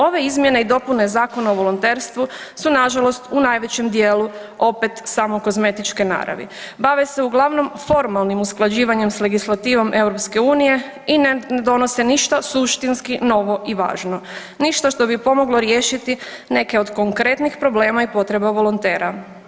Ove izmjene i dopune Zakona o volonterstvu su nažalost u najvećem dijelu opet samo kozmetičke naravi, bave se uglavnom formalnim usklađivanje s legislativom EU i ne donose ništa suštinski novo i važno, ništa što bi pomoglo riješiti neke od konkretnih problema i potreba volontera.